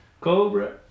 Cobra